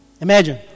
Imagine